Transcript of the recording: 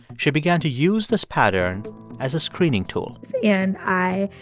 she began to use this pattern as a screening tool and i